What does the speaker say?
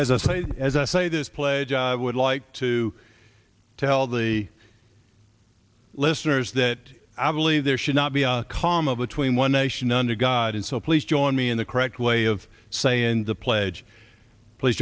has a say as i say this pledge i would like to tell the listeners that i believe there should not be a comma between one nation under god and so please join me in the correct way of saying the pledge please